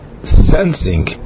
sensing